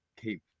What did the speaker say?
keep